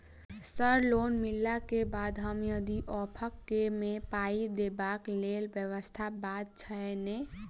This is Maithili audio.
सर लोन मिलला केँ बाद हम यदि ऑफक केँ मे पाई देबाक लैल व्यवस्था बात छैय नै?